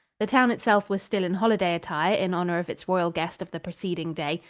the town itself was still in holiday attire in honor of its royal guest of the preceding day.